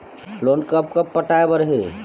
Loan कब कब पटाए बर हे?